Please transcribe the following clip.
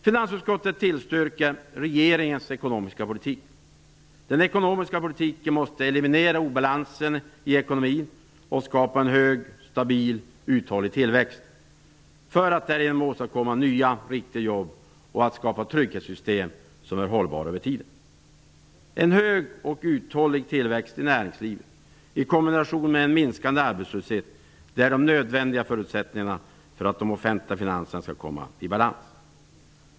Finansutskottet tillstyrker regeringens ekonomiska politik. Den ekonomiska politiken måste eliminera obalansen i ekonomin och skapa en hög, stabil och uthållig tillväxt för att därigenom åstadkomma nya riktiga jobb och trygghetssystem som är hållbara över tiden. En hög och uthållig tillväxt i näringslivet i kombination med en minskande arbetslöshet är nödvändiga förutsättningar för att de offentliga finanserna skall komma i balans.